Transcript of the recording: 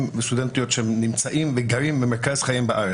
וסטודנטיות שנמצאים וגרים בארץ וכאן מרכז חייהם.